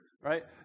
Right